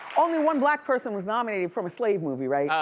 only one black person was nominated, from a slave movie, right?